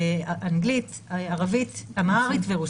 אנגלית, ערבית, אמהרית ורוסית.